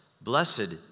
blessed